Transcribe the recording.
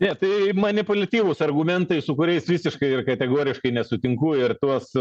ne tai man ne pozityvūs argumentai su kuriais visiškai ir kategoriškai nesutinku ir tos